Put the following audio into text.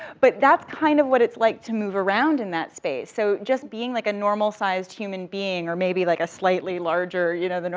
but that's kind of what it's like to move around in that space, so just being like a normal-sized human being, or maybe like a slightly larger, you know, than